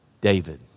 David